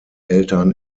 eltern